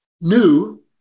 new